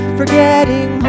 forgetting